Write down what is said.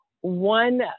one